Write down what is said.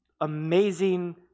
amazing